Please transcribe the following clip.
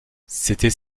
c’était